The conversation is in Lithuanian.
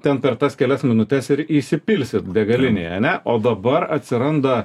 ten per tas kelias minutes ir įsipilsit degalinėje ane o dabar atsiranda